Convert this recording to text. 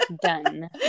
Done